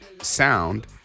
sound